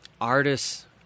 Artists